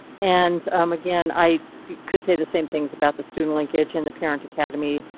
and um again i could say the same things about the student linkage in the parent academy,